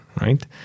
right